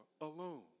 alone